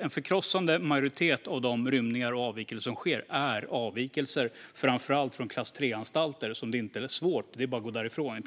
En förkrossande majoritet av de rymningar och avvikelser som sker är avvikelser från framför allt klass 3-anstalter, där det i princip bara är att gå därifrån.